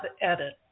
edit